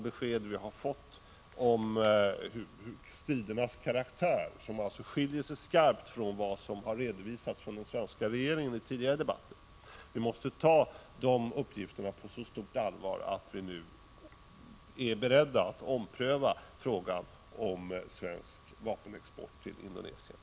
De uppgifter som vi har fått om stridernas karaktär, och som skarpt skiljer sig från vad som har redovisats från den svenska regeringen i tidigare debatter, måste vi ta på så stort allvar att vi nu är beredda att ompröva frågan om svensk vapenexport till Indonesien.